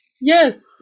yes